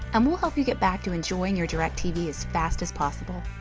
and we'll help you get back to enjoying your directv as fast as possible.